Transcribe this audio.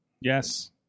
Yes